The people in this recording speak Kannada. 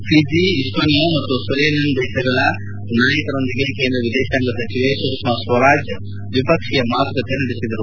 ಫಿಜಿ ಇಸ್ಟೋನಿಯ ಮತ್ತು ಸುರೆನೆಂ ದೇಶಗಳ ನಾಯಕರೊಂದಿಗೆ ಕೇಂದ್ರ ವಿದೇಶಾಂಗ ಸಚಿವೆ ಸುಷ್ನಾ ಸ್ವರಾಜ್ ದ್ವಿಪಕ್ಷೀಯ ಮಾತುಕತೆ ನಡೆಸಿದರು